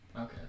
Okay